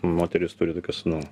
moterys turi tokias nu